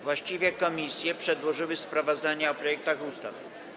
Właściwe komisje przedłożyły sprawozdania o projektach ustaw.